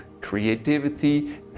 creativity